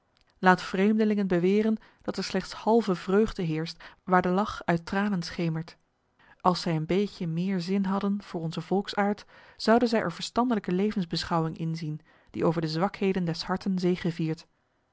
laat vreemdelingen beweren dat er slechts halve vreugde heerscht waar de lach uit tranen schemert als zij een beetje meer zin hadden voor onzen volksaard zouden zij er verstandelijke levensbeschouwing in zien die over de zwakheden des harten zegeviert